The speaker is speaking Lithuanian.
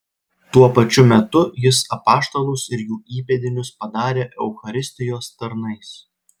tuo pačiu metu jis apaštalus ir jų įpėdinius padarė eucharistijos tarnais